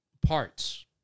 parts